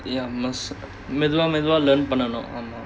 ya must மெதுவா மெதுவா:methuvaa methuvaa learn பண்ணனும்:pannanum